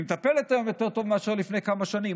והיא מטפלת היום יותר טוב מאשר לפני כמה שנים,